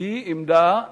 היא עמדה נחושה.